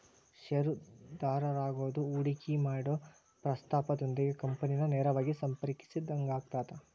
ಷೇರುದಾರರಾಗೋದು ಹೂಡಿಕಿ ಮಾಡೊ ಪ್ರಸ್ತಾಪದೊಂದಿಗೆ ಕಂಪನಿನ ನೇರವಾಗಿ ಸಂಪರ್ಕಿಸಿದಂಗಾಗತ್ತ